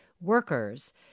workers